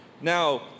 Now